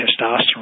testosterone